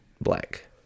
black